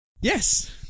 Yes